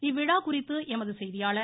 இவ்விழா குறித்து எமது செய்தியாளர்